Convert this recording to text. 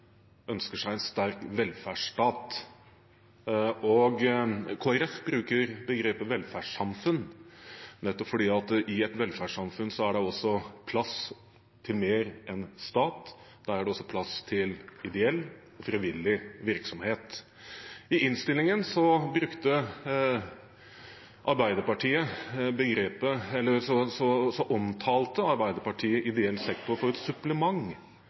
bruker begrepet «velferdssamfunn», for i et velferdssamfunn er det plass til mer enn stat, der er det også plass til ideell og frivillig virksomhet. I innstillingen omtaler Arbeiderpartiet ideell sektor som et supplement til offentlige tjenester, mens Kristelig Folkeparti mener at ideell sektor